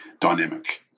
dynamic